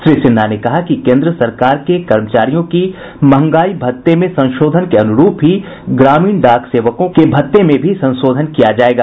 श्री सिन्हा ने कहा कि केन्द्र सरकार के कर्मचारियों की महंगाई भत्ते में संशोधन के अनुरूप ही ग्रामीण डाक सेवकों के भत्ते में भी संशोधन किया जायेगा